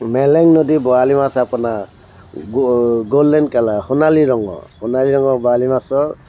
মেলেং নদীৰ বৰালি মাছ আপোনাৰ গ গল্ডেন কালাৰ সোণালী ৰঙৰ সোণালি ৰঙৰ বৰালি মাছৰ